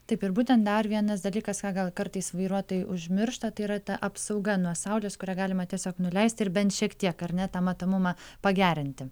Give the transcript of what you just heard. taip ir būtent dar vienas dalykas ką gal kartais vairuotojai užmiršta tai yra ta apsauga nuo saulės kuria galima tiesiog nuleisti ir bent šiek tiek ar ne tą matomumą pagerinti